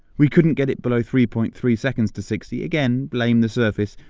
we couldn't get it below three point three seconds to sixty. again, blame the surface.